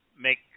make